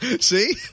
See